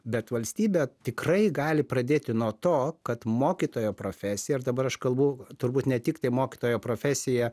bet valstybė tikrai gali pradėti nuo to kad mokytojo profesija ir dabar aš kalbu turbūt ne tiktai mokytojo profesija